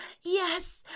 Yes